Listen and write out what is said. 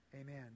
Amen